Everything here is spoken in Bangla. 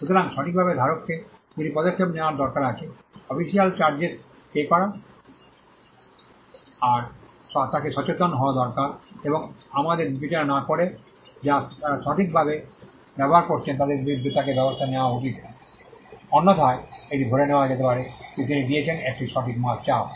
সুতরাং সঠিকভাবে ধারককে দুটি পদক্ষেপ নেওয়ার দরকার আছে 1 অফিসিয়াল চার্জেস পে করা 2 তাকে সচেতন হওয়া দরকার এবং আমাদের বিবেচনা না করে যারা সঠিকভাবে ব্যবহার করছেন তাদের বিরুদ্ধে তাকে ব্যবস্থা নেওয়া উচিত অন্যথায় এটি ধরে নেওয়া যেতে পারে যে তিনি দিয়েছেন একটি সঠিক চাপ